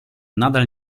nadal